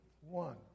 One